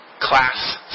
class